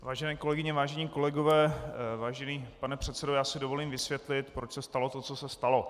Vážené kolegyně, vážení kolegové, vážený pane předsedo, já si dovolím vysvětlit, proč se stalo to, co se stalo.